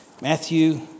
Matthew